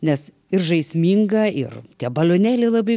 nes ir žaisminga ir tie balionėliai labai